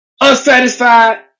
unsatisfied